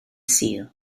sul